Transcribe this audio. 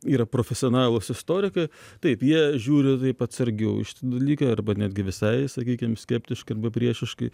yra profesionalūs istorikai taip jie žiūri taip atsargiau į šitą dalyką arba netgi visai sakykim skeptiškai arba priešiškai